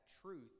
truth